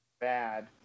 bad